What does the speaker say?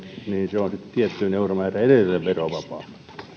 on sitten tiettyyn euromäärään saakka edelleen verovapaata